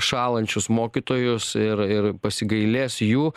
šąlančius mokytojus ir ir pasigailės jų